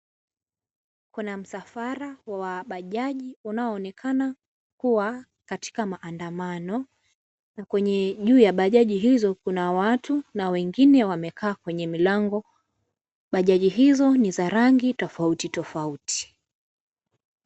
Kuna msafara wa bajaji unaoonekana kuwa katika maandamano na kwenye juu ya bajaji hizo kuna watu na wengine wamekaa kwenye milango, bajaji hizo ni za rangi tofauti tofauti.